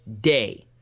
day